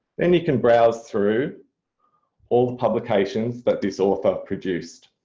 then you can browse through all the publication's that this author produced.